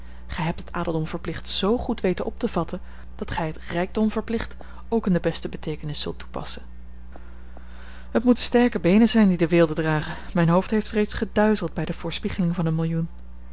gij hebt het adeldom verplicht z goed weten op te vatten dat gij het rijkdom verplicht ook in de beste beteekenis zult toepassen het moeten sterke beenen zijn die de weelde dragen mijn hoofd heeft reeds geduizeld bij de voorspiegeling van een millioen